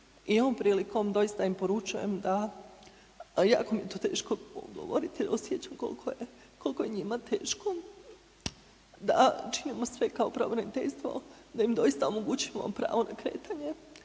i ovom prilikom doista im poručujem da, jako mi je to teško govoriti jer osjećam kolko je, kolko je njima teško, da činimo sve kao pravobraniteljstvo, da im doista omogućimo pravo na kretanje